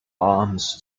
arms